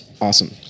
Awesome